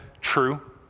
true